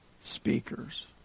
speakers